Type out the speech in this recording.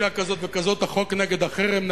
בשעה כזאת וכזאת החוק נגד החרם,